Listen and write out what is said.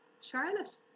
Charlotte